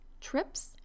trips